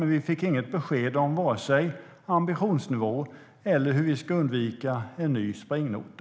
Vi fick dock inget besked om vare sig ambitionsnivå eller hur vi ska undvika en ny springnota.